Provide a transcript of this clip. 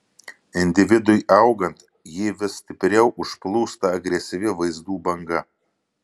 individui augant jį vis stipriau užplūsta agresyvi vaizdų banga